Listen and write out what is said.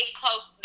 close